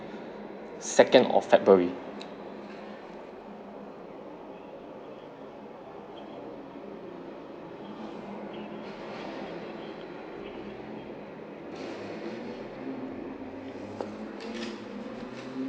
second of february